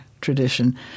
tradition